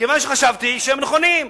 כיוון שחשבתי שהם נכונים.